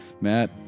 Matt